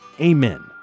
Amen